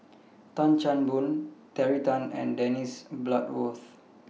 Tan Chan Boon Terry Tan and Dennis Bloodworth